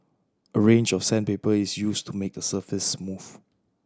a range of sandpaper is used to make the surface smooth